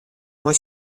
mei